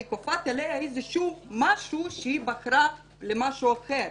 אני כופה עליה משהו כשהיא בחרה משהו אחר.